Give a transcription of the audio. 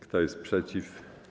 Kto jest przeciw?